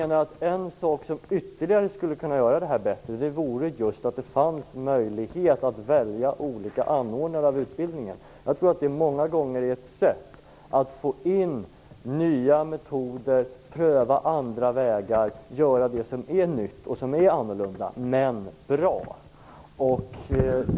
Något som ytterligare skulle kunna göra det bättre vore att det fanns möjlighet att välja olika anordnare av utbildningen. Det kan många gånger vara ett sätt att få in nya metoder, att pröva andra vägar, att göra det som är nytt och som är annorlunda men bra.